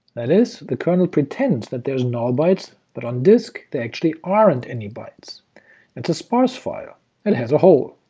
that is, the kernel pretends that there's null bytes, but on disk there actually aren't any bytes it's a sparse file it and has a hole.